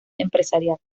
empresarial